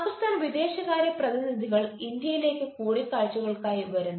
പാക്കിസ്ഥാൻ വിദേശകാര്യ പ്രതിനിധികൾ ഇന്ത്യയിലേക്ക് കൂടിക്കാഴ്ചകൾക്കായി വരുന്നു